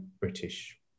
British